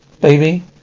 baby